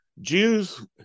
Jews